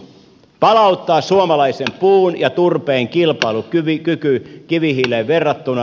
palauttaa suomalaisen puun ja turpeen kilpailukyky kivihiileen verrattuna